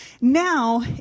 Now